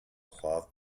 cloth